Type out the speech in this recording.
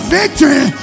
victory